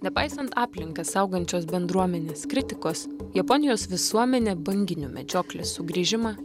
nepaisant aplinką saugančios bendruomenės kritikos japonijos visuomenė banginių medžioklės sugrįžimą